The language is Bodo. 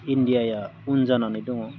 इन्डियाया उन जानानै दङ